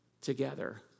together